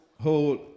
whole